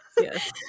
Yes